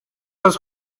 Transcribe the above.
раз